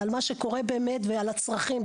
על מה שקורה באמת ועל הצרכים.